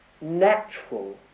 natural